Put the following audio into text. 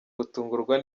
gutungurwa